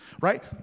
Right